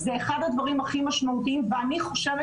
זה אחד הדברים הכי משמעותיים ואני חושבת